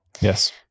Yes